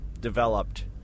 developed